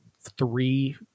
three